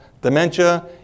dementia